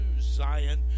Zion